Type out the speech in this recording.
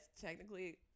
technically